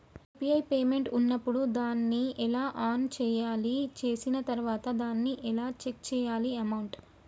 UPI payment ఉన్నప్పుడు దాన్ని ఎలా ఆన్ చేయాలి? చేసిన తర్వాత దాన్ని ఎలా చెక్ చేయాలి అమౌంట్?